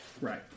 Right